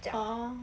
orh